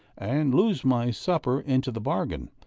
and lose my supper into the bargain,